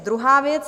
Druhá věc.